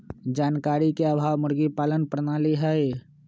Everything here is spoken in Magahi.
जानकारी के अभाव मुर्गी पालन प्रणाली हई